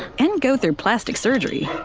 and go through plastic surgery.